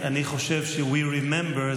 אני חושב ש-We Remember,